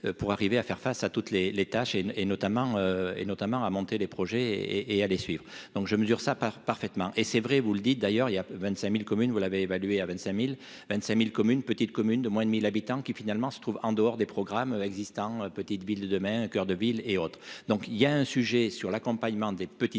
pour arriver à faire face à toutes les les tâches et et, notamment, et notamment à monter des projets et et à les suivre, donc je mesure sa part parfaitement et c'est vrai, vous le dites d'ailleurs, il y a 25000 communes, vous l'avez évalué à 25000 25 1000 communes petites communes de moins de 1000 habitants qui finalement se trouvent en dehors des programmes existants, petite ville de demain, un coeur de ville et autres, donc il y a un sujet sur l'accompagnement des petites